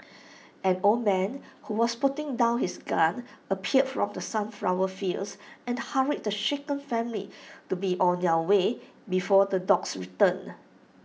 an old man who was putting down his gun appeared from the sunflower fields and hurried the shaken family to be on their way before the dogs return